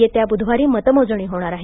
येत्या बुधवारी मतमोजणी होणार आहे